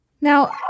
Now